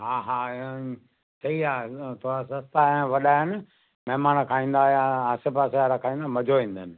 हा हा सही आहे थोरा सस्ता ऐं वॾा आहिनि महिमान खाईंदा या आसे पासे खाईंदा मजो ईंदनि